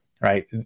right